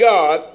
God